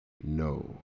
no